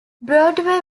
broadway